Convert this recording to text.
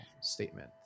statement